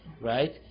right